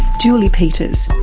julie peters.